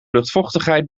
luchtvochtigheid